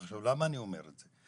עכשיו, למה אני אומר את זה?